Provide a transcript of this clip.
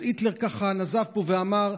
אז היטלר נזף בו ואמר: